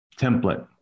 template